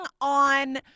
on